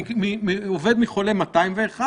אף אחד מאיתנו לא רוצה לעכב את שיטוח העקומה,